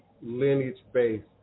lineage-based